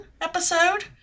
episode